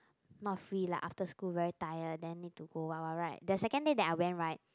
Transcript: not free lah after school very tired then need to go what what right the second day I went right